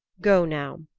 go now,